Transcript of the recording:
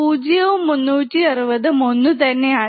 പൂജ്യവും 360° ഉം ഒന്നുതന്നെയാണ്